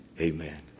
Amen